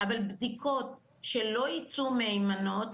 אבל בדיקות שלא ייצאו מהימנות,